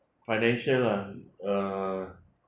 financial lah uh